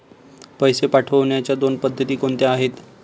पैसे पाठवण्याच्या दोन पद्धती कोणत्या आहेत?